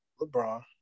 LeBron